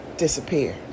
Disappear